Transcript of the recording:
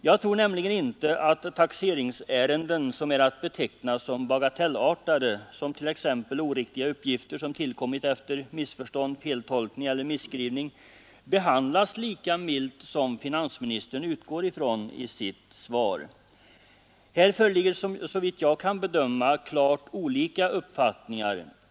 Jag tror nämligen inte att taxeringsärenden som är att beteckna som bagatellartade — t.ex. oriktiga uppgifter som tillkommit efter missförstånd, feltolkning eller misskrivning — behandlas lika milt som finansministern utgår från i sitt svar. Här föreligger såvitt jag kan bedöma klart olika uppfattningar.